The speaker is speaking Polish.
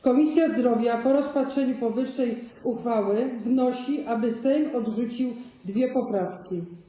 Komisja Zdrowia po rozpatrzeniu powyższej uchwały wnosi, aby Sejm odrzucił obydwie poprawki.